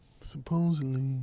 Supposedly